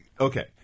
okay –